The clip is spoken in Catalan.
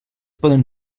poden